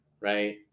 right